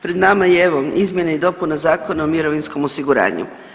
Pred nama je evo izmjena i dopuna Zakona o mirovinskom osiguranju.